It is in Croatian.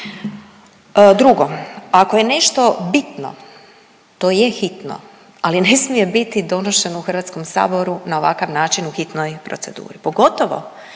Drugo, ako je nešto bitno to je hitno, ali ne smije biti donošeno u HS-u na ovakav način u hitnoj proceduri, pogotovo